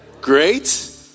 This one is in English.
Great